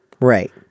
Right